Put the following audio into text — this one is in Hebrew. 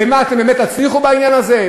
ומה, אתם באמת תצליחו בעניין הזה?